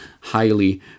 highly